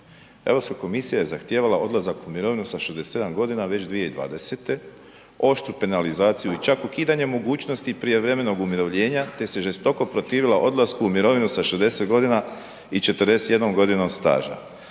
Europska komisija je zahtijevala odlazak u mirovinu sa 67 g. već 2020., oštru penalizaciju i čak ukidanje mogućnosti prijevremenog umirovljenja te se žestoko protivila odlasku u mirovinu sa 60 godina i 41 g. staža.